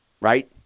right